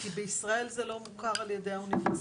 כי בישראל זה לא מוכר על ידי האוניברסיטאות.